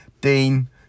Dean